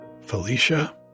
Felicia